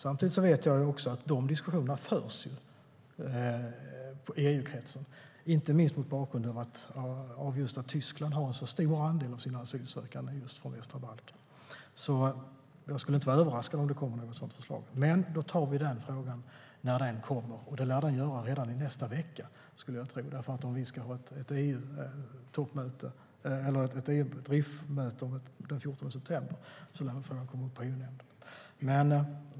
Samtidigt vet jag att de diskussionerna förs inom EU-kretsen, inte minst mot bakgrund av att Tyskland har en så stor andel av sina asylsökande från västra Balkan. Jag skulle inte bli överraskad om det kommer ett sådant förslag, men då tar vi den frågan när den kommer. Den lär komma redan nästa vecka, för om vi ska ha ett RIF-möte den 14 september lär frågan komma upp på EU-nämnden.